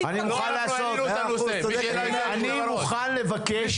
אני מוכן לבקש.